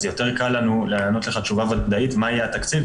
אז יותר קל לנו לענות לך תשובה ודאית מה יהיה התקציב,